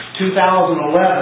2011